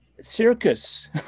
circus